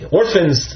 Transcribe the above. orphans